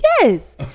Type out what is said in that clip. Yes